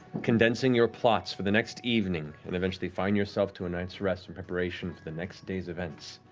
condensing your plots for the next evening, and eventually find yourself to a night's rest in preparation for the next day's events,